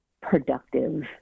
productive